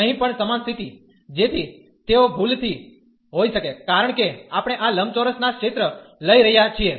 અહીં પણ સમાન સ્થિતિ જેથી તેઓ ભૂલથી હોઈ શકે કારણ કે આપણે આ લંબચોરસના ક્ષેત્ર લઈ રહ્યા છીએ